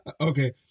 Okay